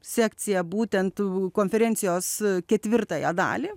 sekciją būtent konferencijos ketvirtąją dalį